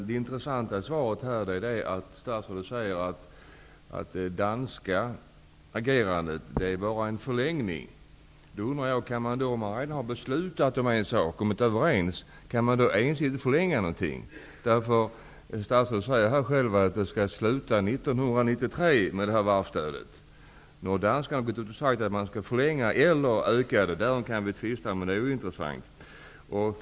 Det intressanta i svaret är att statsrådet säger att det danska agerandet bara är en förlängning. Då undrar jag: När flera länder kommit överens om en sak, kan då ett land ensidigt genomföra en förlängning? Statsrådet säger själv att varvsstödet skall upphöra 1993. Nu har danskarna gått ut och sagt att man skall förlänga det eller öka det -- därom kan vi tvista, men det är ointressant.